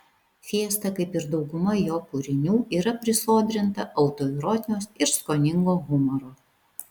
fiesta kaip ir dauguma jo kūrinių yra prisodrinta autoironijos ir skoningo humoro